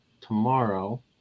tomorrow